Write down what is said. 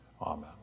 Amen